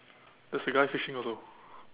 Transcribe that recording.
there's a guy fishing also